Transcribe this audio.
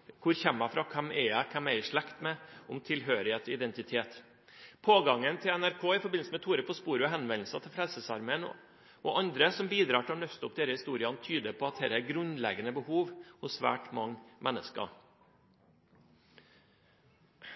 med?» – spørsmål som handler om tilhørighet og identitet. Pågangen hos NRK i forbindelse med «Tore på sporet» og antallet henvendelser til Frelsesarmeen og andre som bidrar til å nøste opp i disse historiene, tyder på at dette er grunnleggende behov for svært mange mennesker.